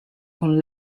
con